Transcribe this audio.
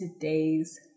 today's